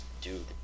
dude